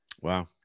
Wow